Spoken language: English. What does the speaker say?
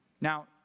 Now